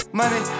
money